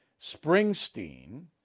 Springsteen